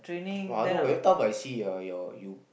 !wah! no everytime I see pahp your you